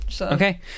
Okay